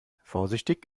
vorsichtig